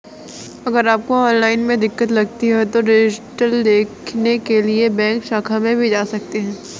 अगर आपको ऑनलाइन में दिक्कत लगती है तो डिटेल देखने के लिए बैंक शाखा में भी जा सकते हैं